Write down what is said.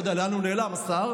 אני לא יודע לאן הוא נעלם, השר: